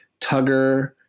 Tugger